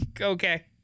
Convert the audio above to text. Okay